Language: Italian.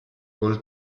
col